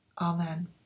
Amen